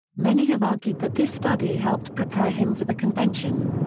many have argued that this study helped prepare him for the convention.